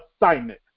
assignment